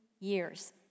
years